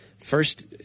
first –